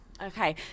Okay